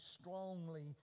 strongly